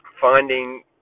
finding